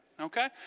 okay